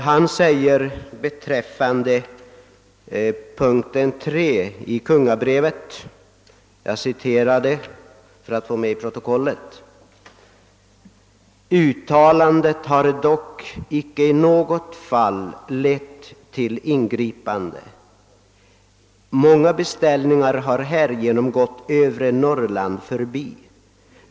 Han säger beträffande punkten 3 i kungabrevet, vilket jag alltså citerar för att få med det i protokollet: »Uttalandet har dock icke i något fall lett till ingripande. Många beställningar har härigenom gått Övre Norrland förbi.